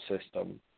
system